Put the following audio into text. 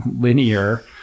linear